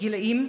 גילאים,